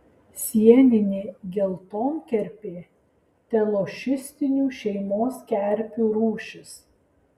sieninė geltonkerpė telošistinių šeimos kerpių rūšis